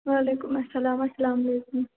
وعلیکُم السلام السلامُ علیکُم